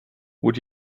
would